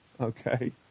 okay